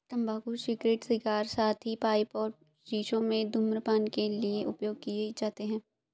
तंबाकू cigarette, cigar, साथ ही पाइप और शीशों में धूम्रपान के लिए उपयोग किए जाते हैं